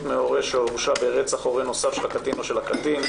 מהורה שהורשע ברצח הורה נוסף של הקטין או של הקטין),